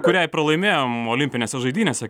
kuriai pralaimėjom olimpinėse žaidynėse